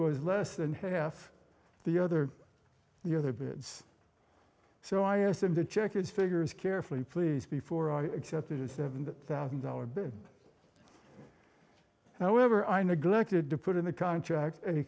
was less than half the other the other bits so i asked him to check his figures carefully please before i accepted a seven thousand dollar bill however i neglected to put in the contract an